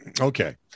Okay